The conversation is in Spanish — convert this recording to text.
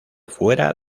fuera